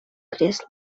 кресло